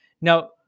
Now